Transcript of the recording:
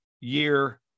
year